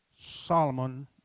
Solomon